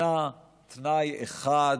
התנה תנאי אחד,